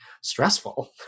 stressful